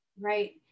Right